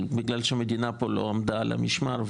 בגלל שהמדינה פה לא עמדה על המשמר,